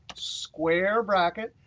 square bracket.